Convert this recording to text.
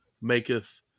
maketh